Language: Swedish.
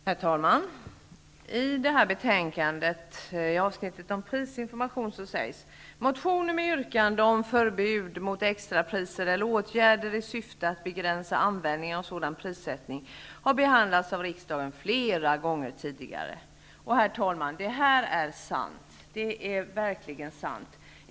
Herr talman! I avsnittet om prisinformation i det här betänkandet skrivs: ''Motioner med yrkanden om förbud mot extrapriser eller åtgärder i syfte att begränsa användningen av sådan prissättning har behandlats av riksdagen flera gånger tidigare.'' Herr talman! Det är verkligen sant.